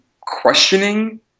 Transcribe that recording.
questioning